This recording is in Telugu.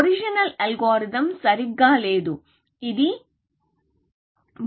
ఒరిజినల్ అల్గోరిథం సరిగా లేదు ఇది గుడ్డి అల్గోరిథం